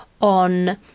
on